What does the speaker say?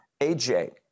AJ